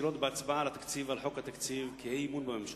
לראות בהצבעה על חוק התקציב כאי-אמון בממשלה.